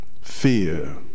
fear